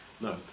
No